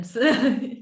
Yes